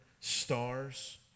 stars